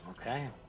Okay